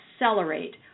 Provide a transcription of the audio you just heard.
accelerate